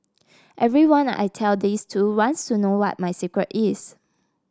everyone I tell this to wants to know what my secret is